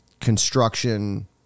construction